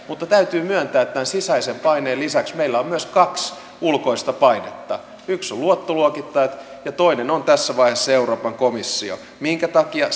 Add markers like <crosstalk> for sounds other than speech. mutta täytyy myöntää että tämän sisäisen paineen lisäksi meillä on myös kaksi ulkoista painetta yksi on luottoluokittajat ja toinen on tässä vaiheessa euroopan komissio minkä takia <unintelligible>